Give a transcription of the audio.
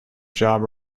job